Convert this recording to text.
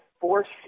forced